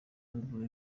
nduru